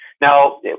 Now